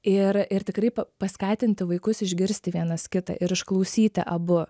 ir ir tikrai paskatinti vaikus išgirsti vienas kitą ir išklausyti abu